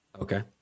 Okay